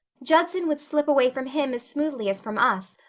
judson would slip away from him as smoothly as from us,